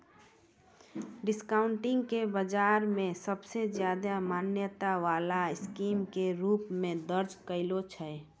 discounting के बाजार मे सबसे ज्यादा मान्यता वाला स्कीम के रूप मे दर्ज कैलो छै